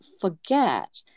forget